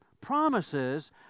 promises